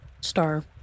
Star